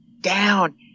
down